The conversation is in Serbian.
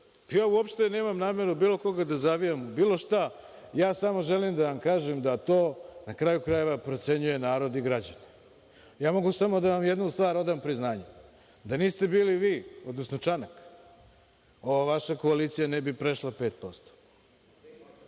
Ja uopšte nemam nameru bilo koga da zavijam u bilo šta. Ja samo želim da vam kažem da to, na kraju krajeva, procenjuje narodni građani. Ja samo mogu da vam jednu stvar odam priznanju, da niste bili vi, odnosno Čanak, ova vaša koalicija ne bi prešla 5%.